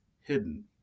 hidden